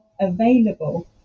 available